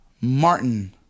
Martin